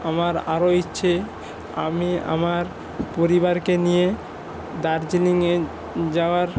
আমার আরও ইচ্ছে আমি আমার পরিবারকে নিয়ে দার্জিলিঙে যাওয়ার